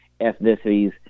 ethnicities